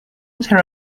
cara